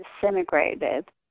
disintegrated